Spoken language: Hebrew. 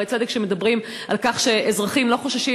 צדק" מדברים על כך שאזרחים לא חוששים,